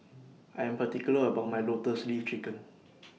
I'm particular about My Lotus Leaf Chicken